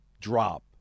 drop